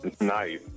Nice